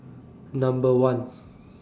Number one